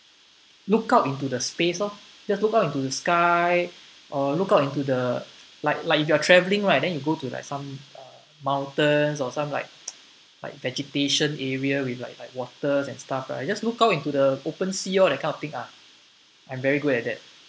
look out into the space lor just look up into the sky or look out into the like like if you are travelling right then you go to like some uh mountains or some like like vegetation area with like like waters and stuff uh you just look out into the open sea lor that kind of thing ah I'm very good at that